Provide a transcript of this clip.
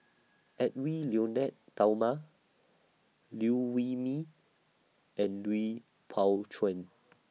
Edwy Lyonet Talma Liew Wee Mee and Lui Pao Chuen